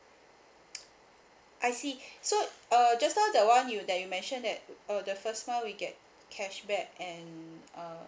I see so uh just now the one you that you mentioned that uh the first month we get cashback and um